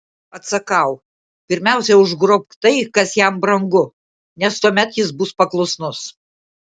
atsakau pirmiausia užgrobk tai kas jam brangu nes tuomet jis bus paklusnus